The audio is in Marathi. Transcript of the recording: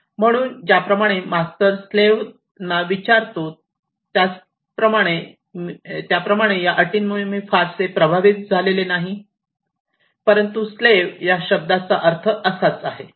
म्हणून ज्याप्रमाणे मास्टर स्लेव्हना विचारतो त्याचप्रमाणे या अटींमुळे मी फारसे प्रभावित झालेले नाही परंतु स्लेव्ह या शब्दाचा अर्थ असा आहे